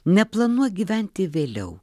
neplanuok gyventi vėliau